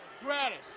gratis